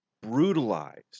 brutalized